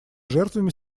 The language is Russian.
жертвами